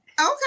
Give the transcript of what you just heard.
Okay